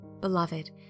Beloved